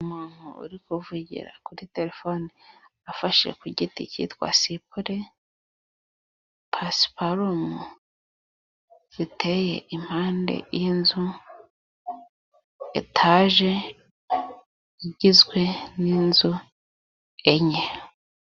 Umuntu uri kuvugira kuri telefoni afashe ku giti cyitwa sipure, pasiparumu ziteye iruhande rw'inzu, etaje igizwe n'inzu enye.